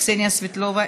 חברת הכנסת קסניה סבטלובה,